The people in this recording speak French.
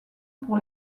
pour